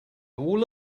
all